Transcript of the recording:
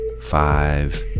five